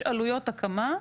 יש עלויות הקמה,